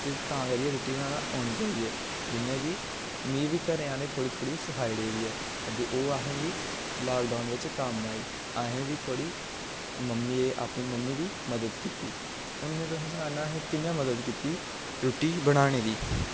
ते तां करियै रुट्टी बनाना औनी चाहिदी ऐ जि'यां कि मिगी बी घरे आह्लें थोह्ड़ी थोह्ड़ी सखाई ओड़ी दी ऐ ते ओह् असें गी लॉकडाउन बिच कम्म आई असें बी थोह्ड़ी अपनी मम्मी दी मदद कीती हून में तुसें गी सनाना कि'यां मदद कीती रुट्टी बनाने दी